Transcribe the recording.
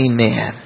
Amen